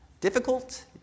difficult